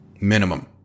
Minimum